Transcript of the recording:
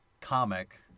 comic